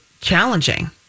challenging